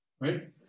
right